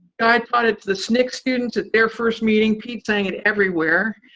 guy taught it to the sncc students at their first meeting. pete sang it everywhere,